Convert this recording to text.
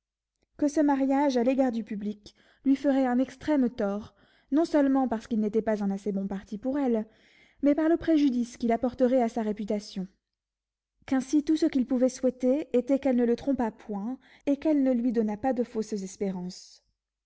que ce mariage à l'égard du public lui ferait un extrême tort non seulement parce qu'il n'était pas un assez bon parti pour elle mais par le préjudice qu'il apporterait à sa réputation qu'ainsi tout ce qu'il pouvait souhaiter était qu'elle ne le trompât point et qu'elle ne lui donnât pas de fausses espérances